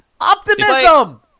Optimism